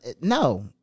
No